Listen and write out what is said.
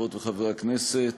חברות וחברי הכנסת,